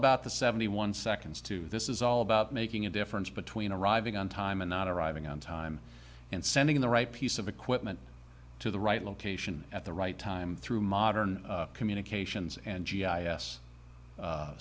about the seventy one seconds to this is all about making a difference between arriving on time and not arriving on time and sending the right piece of equipment to the right location at the right time through modern communications and g i s